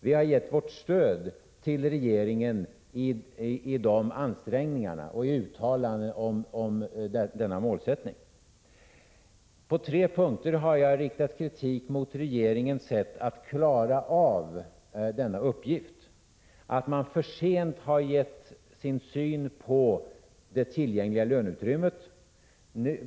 Vi har gett vårt stöd till regeringen i dessa ansträngningar och i uttalanden om denna målsättning. På tre punkter har jag riktat kritik mot regeringens sätt att klara av denna uppgift. Regeringen har för sent gett sin syn på det tillgängliga löneutrymmet.